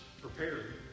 prepared